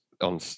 on